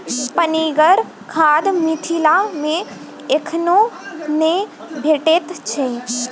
पनिगर खाद मिथिला मे एखनो नै भेटैत छै